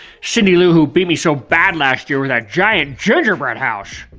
cindy lou who beat me so bad last year with that giant gingerbread house!